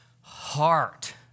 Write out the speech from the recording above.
heart